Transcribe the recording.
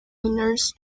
nurse